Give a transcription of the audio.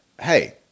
Hey